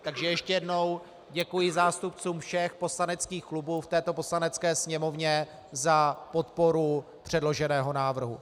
Takže ještě jednou děkuji zástupcům všech poslaneckých klubů v této Poslanecké sněmovně za podporu předloženého návrhu.